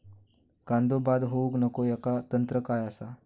कांदो बाद होऊक नको ह्याका तंत्र काय असा?